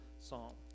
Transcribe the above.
Psalm